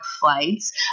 flights